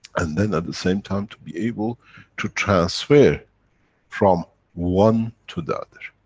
and then, at the same time, to be able to transfer from one to the other.